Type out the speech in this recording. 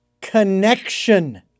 Connection